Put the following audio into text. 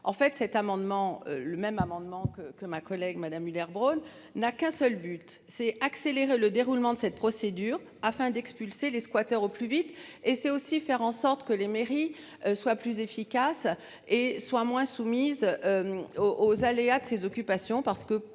amendement le même amendement que que ma collègue Madame Muller-Bronn n'a qu'un seul but c'est accélérer le déroulement de cette procédure afin d'expulser les squatteurs au plus vite et c'est aussi faire en sorte que les mairies soit plus efficace et soit moins soumises. Aux aléas de ses occupations